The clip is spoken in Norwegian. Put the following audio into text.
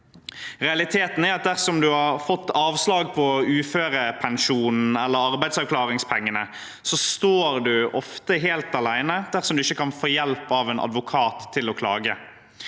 Realiteten er at dersom man har fått avslag på uførepensjonen eller arbeidsavklaringspengene, står man ofte helt alene dersom man ikke kan få hjelp av en advokat til å klage: